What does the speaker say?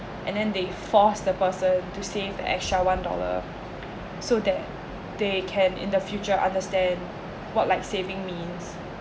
and then they force the person to save extra one dollar so that they can in the future understand what like saving means